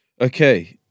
okay